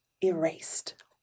erased